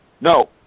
No